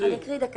אני אקריא דקה.